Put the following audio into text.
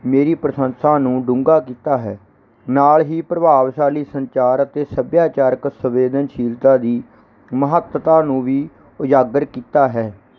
ਮੇਰੀ ਪ੍ਰਸ਼ੰਸਾ ਨੂੰ ਡੂੰਘਾ ਕੀਤਾ ਹੈ ਨਾਲ ਹੀ ਪ੍ਰਭਾਵਸ਼ਾਲੀ ਸੰਚਾਰ ਅਤੇ ਸੱਭਿਆਚਾਰਕ ਸੰਵੇਦਨਸ਼ੀਲਤਾ ਦੀ ਮਹੱਤਤਾ ਨੂੰ ਵੀ ਉਜਾਗਰ ਕੀਤਾ ਹੈ